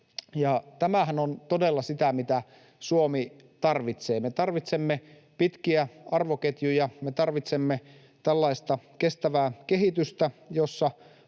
Tämähän on todella sitä, mitä Suomi tarvitsee. Me tarvitsemme pitkiä arvoketjuja. Me tarvitsemme tällaista kestävää kehitystä, jossa